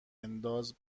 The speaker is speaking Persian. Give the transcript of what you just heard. انداز